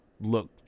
look